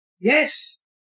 Yes